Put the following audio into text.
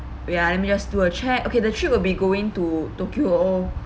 wait ah let me just do a check okay the trip will be going to tokyo